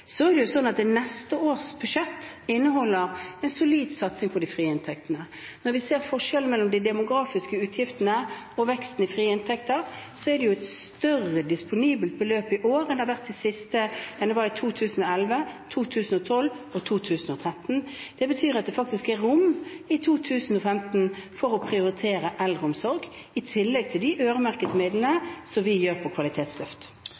Så er det sånn at neste års budsjett inneholder en solid satsing på de frie inntektene. Når vi ser forskjellen mellom de demografiske utgiftene og veksten i frie inntekter, er det et større disponibelt beløp i år enn det var i 2011, 2012 og 2013. Det betyr at det faktisk er rom i 2015 for å prioritere eldreomsorg, i tillegg til de øremerkede midlene som vi har på kvalitetsløft.